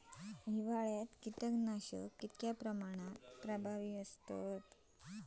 हिवाळ्यात कीटकनाशका कीतक्या प्रमाणात प्रभावी असतत?